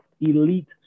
elite